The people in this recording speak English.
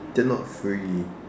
they're not free